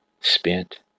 spent